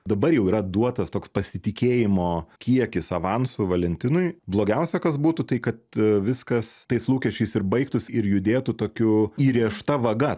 dabar jau yra duotas toks pasitikėjimo kiekis avansu valentinui blogiausia kas būtų tai kad viskas tais lūkesčiais ir baigtųs ir judėtų tokiu įrėžta vaga